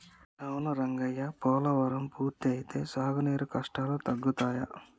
అవును రంగయ్య పోలవరం పూర్తి అయితే సాగునీరు కష్టాలు తగ్గుతాయి